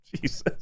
Jesus